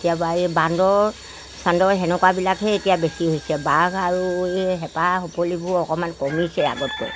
কেতিয়াবা এই বান্দৰ চান্দৰ সেনেকুৱাবিলাকহে এতিয়া বেছি হৈছে বাঘ আৰু হেপা সকলিবোৰ অকণমান কমিছে আগতকৈ